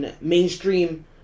Mainstream